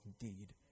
indeed